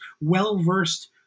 well-versed